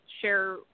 share